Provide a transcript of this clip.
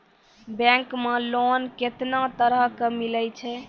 Bank मे loan कैतना तरह के मिलै छै?